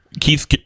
Keith